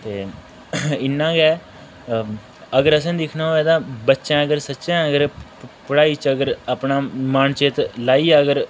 ते इन्ना गै अगर असें दिक्खना होए तां बच्चें अगर सच्चें अगर पढ़ाई च अगर अपना मन चित लाइयै अगर